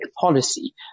policy